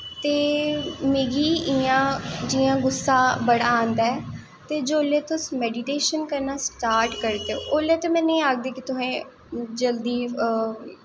मिगी इ'यां जि'यां गुस्सा बड़ा आंदा ऐ ते जोल्लै तुस मेडिटेशन करना स्टार्ट करदे ते ओल्लै ते में नेईं आखदी कि तुसें जल्दी